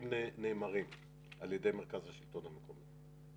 נאמרים על ידי מרכז השלטון המקומי.